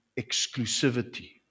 exclusivity